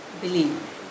believe